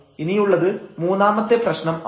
ഇനിയുള്ളത് മൂന്നാമത്തെ പ്രശ്നം ആണ്